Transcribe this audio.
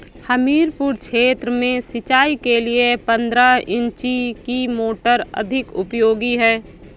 हमीरपुर क्षेत्र में सिंचाई के लिए पंद्रह इंची की मोटर अधिक उपयोगी है?